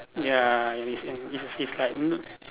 ya and it's in is it's like m~